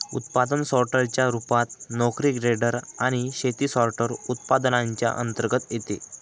उत्पादन सोर्टर च्या रूपात, नोकरी ग्रेडर आणि शेती सॉर्टर, उत्पादनांच्या अंतर्गत येते